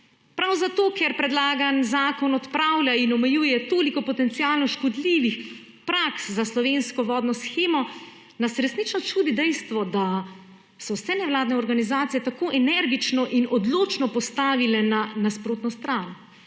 Prav zato, ker predlagani zakon odpravlja in omejuje toliko potencialno škodljivih praks za slovensko vodno shemo, nas resnično čudi dejstvo, da so se nevladne organizacije tako energično in odločno postavile na nasprotno stran;